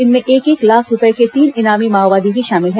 इनमें एक एक लाख रूपये के तीन इनामी माओवादी भी शामिल हैं